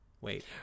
Wait